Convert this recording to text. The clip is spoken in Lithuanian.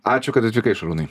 ačiū kad atvykai šarūnai